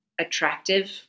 attractive